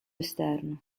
esterno